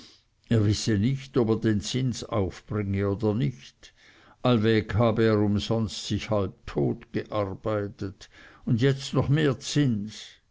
er wisse nicht ob er den zins aufbringe oder nicht all weg habe er umsonst sich halbtot gearbeitet und jetzt noch mehr zins